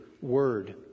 word